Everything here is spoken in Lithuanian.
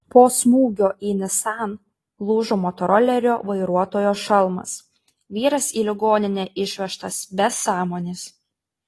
po smūgio į nissan lūžo motorolerio vairuotojo šalmas vyras į ligoninę išvežtas be sąmonės